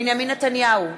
בנימין נתניהו,